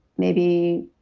maybe